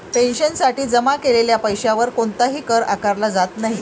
पेन्शनसाठी जमा केलेल्या पैशावर कोणताही कर आकारला जात नाही